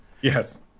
yes